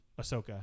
Ahsoka